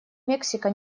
мексика